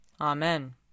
Amen